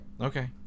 Okay